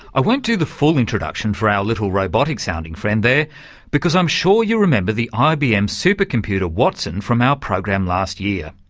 i won't do the full introduction for our little robotic-sounding friend there because i'm sure you remember the ibm super computer, watson, from our program last year.